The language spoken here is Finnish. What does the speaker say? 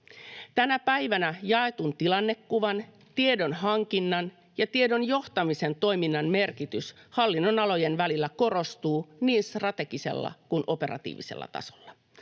Tänä päivänä jaetun tilannekuvan, tiedonhankinnan ja tiedon johtamisen toiminnan merkitys hallinnonalojen välillä korostuu niin strategisella kuin operatiivisella tasolla.